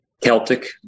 Celtic